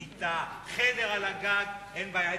כיתה, חדר על הגג, אין בעיה.